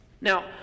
Now